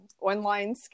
online